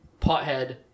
Pothead